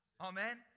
Amen